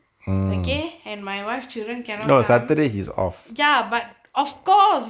okay and my wife children cannot come ya but of course